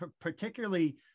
particularly